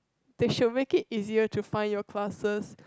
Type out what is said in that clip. they should be make it easier to find your classes